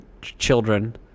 children